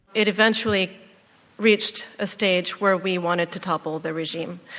it eventually reached a stage where we wanted to topple the regime.